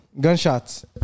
Gunshots